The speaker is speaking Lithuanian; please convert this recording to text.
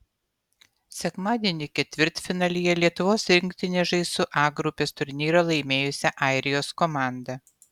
sekmadienį ketvirtfinalyje lietuvos rinktinė žais su a grupės turnyrą laimėjusia airijos komanda